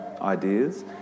ideas